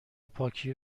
پاکی